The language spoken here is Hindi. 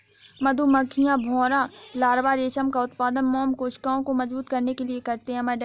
मधुमक्खियां, भौंरा लार्वा रेशम का उत्पादन मोम कोशिकाओं को मजबूत करने के लिए करते हैं